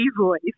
voice